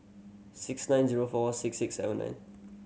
six nine zero four six six seven nine